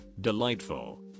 Delightful